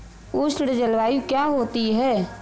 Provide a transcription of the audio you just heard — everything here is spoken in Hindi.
उष्ण जलवायु क्या होती है?